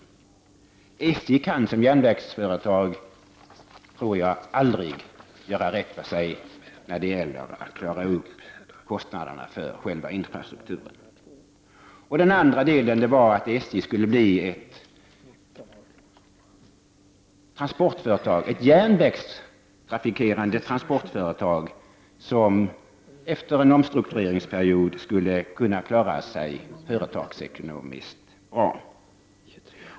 Jag tror att SJ som järnvägsföretag aldrig kommer att göra rätt för sig när det gäller att klara kostnaderna för själva infrastrukturen. Vidare menade vi att SJ skulle bli ett järnvägstrafikerande transportföretag, som efter en omstruktureringsperiod skulle kunna klara sig företagsekonomiskt bra.